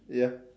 ya